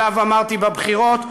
שעליו אמרתי בבחירות,